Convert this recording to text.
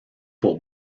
pour